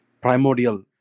primordial